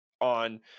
on